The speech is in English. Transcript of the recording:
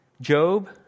Job